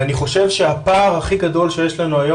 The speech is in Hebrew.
אני חושב שהפער הכי גדול שיש לנו היום